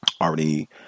already